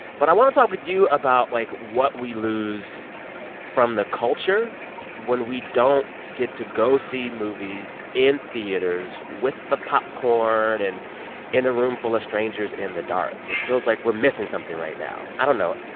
but i want to talk with you about, like, what we lose from the culture when we don't get to go see movies in theaters with the popcorn and in a room full of strangers in the dark. it feels like we're missing something right now. i don't know.